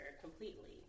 completely